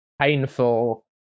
painful